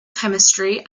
chemistry